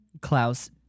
Klaus